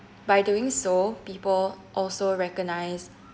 by doing so people also recognise